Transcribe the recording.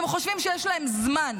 יש להם זמן?